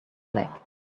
black